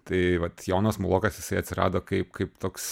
tai vat jonas mulokas jisai atsirado kaip kaip toks